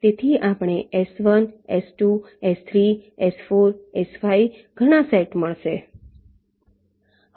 તેથી આપણને S1 S2 S3 S4 S5 ઘણા સેટ મળશે